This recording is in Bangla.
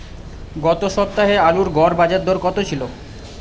গত সপ্তাহে আলুর গড় বাজারদর কত ছিল?